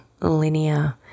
linear